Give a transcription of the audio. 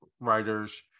writers